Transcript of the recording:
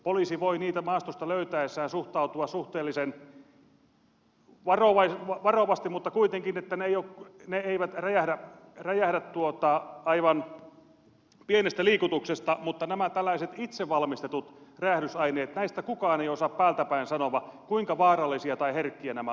poliisi voi niitä maastosta löytäessään suhtautua niihin suhteellisen varovasti mutta kuitenkaan ne eivät räjähdä aivan pienestä liikutuksesta mutta näistä tällaisista itse valmistetuista räjähdysaineista kukaan ei osaa päältä päin sanoa kuinka vaarallisia tai herkkiä nämä ovat